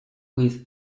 with